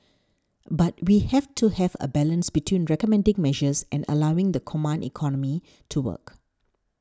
but we have to have a balance between recommending measures and allowing the command economy to work